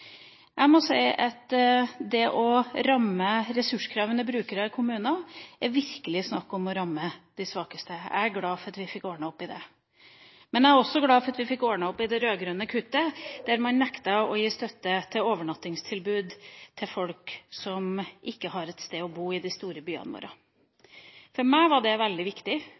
Jeg er glad for at vi fikk ordnet opp i det. Jeg er også glad for at vi fikk ordnet opp i det rød-grønne kuttet, der man nektet å gi støtte til overnattingstilbud til folk som ikke har et sted å bo i store byene våre. For meg var det veldig viktig,